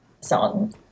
song